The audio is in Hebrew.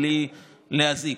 בלי להזיק,